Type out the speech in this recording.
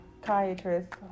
psychiatrist